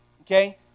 okay